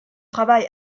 travail